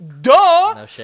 Duh